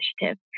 initiative